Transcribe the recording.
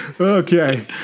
Okay